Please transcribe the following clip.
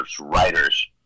writers